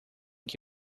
que